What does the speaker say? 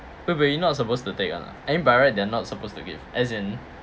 but but you not supposed to take [one] ah I mean by right they're not supposed to give as in